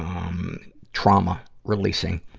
um, trauma releasing.